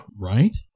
right